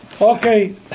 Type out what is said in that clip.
Okay